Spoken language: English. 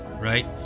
right